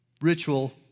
ritual